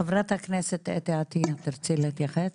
חברת הכנסת אתי עטייה, תרצי להתייחס?